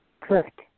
Correct